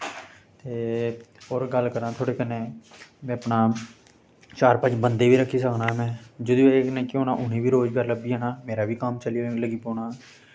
ते होर गल्ल करां थोआड़े कन्नै में अपना चार पंज बंदे बी रक्खी सकना ऐं में जेह्दे बजह कन्नै केह् होना उ'नें बी रोजगार लब्भी जाना मेरा कम्म बी चलन लग्गी पौना